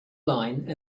line